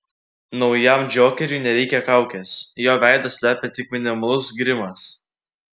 naujam džokeriui nereikia kaukės jo veidą slepia tik minimalus grimas